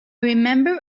remember